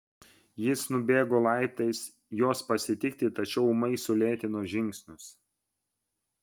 jis nubėgo laiptais jos pasitikti tačiau ūmai sulėtino žingsnius